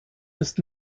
ist